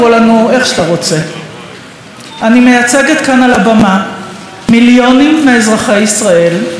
אני מייצגת כאן על הבמה מיליונים מאזרחי ישראל אלה שראש הממשלה שלהם,